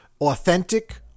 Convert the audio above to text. authentic